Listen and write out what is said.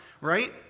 right